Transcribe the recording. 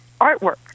artwork